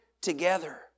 together